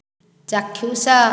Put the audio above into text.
ଚାକ୍ଷୁଷ